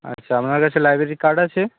আচ্ছা আপনার কাছে লাইব্রেরি কার্ড আছে